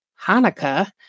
Hanukkah